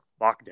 lockdown